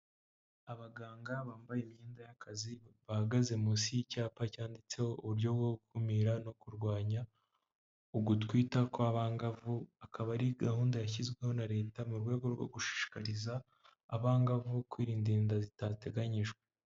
Abaganga bambaye imyenda y'akazi, bahagaze munsi y'icyapa cyanditseho uburyo bwo gukumira no kurwanya ugutwita kw'abangavu, akaba ari gahunda yashyizweho na Leta, mu rwego rwo gushishikariza abangavu kwirinda inda zitateganyijwe.